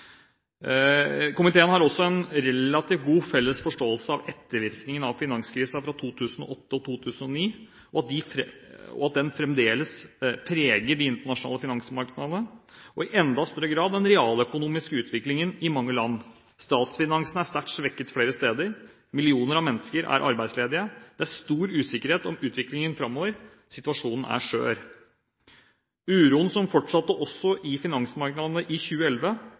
Komiteen har også en relativt god felles forståelse av at ettervirkningene av finanskrisen i 2008 og 2009 fremdeles preger de internasjonale finansmarkedene og – i enda større grad – den realøkonomiske utviklingen i mange land. Statsfinansene er sterkt svekket flere steder, millioner av mennesker er arbeidsledige. Det er stor usikkerhet om utviklingen framover. Situasjonen er skjør. Uroen som fortsatte i finansmarkedene i 2011,